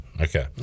okay